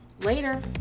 later